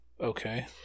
Okay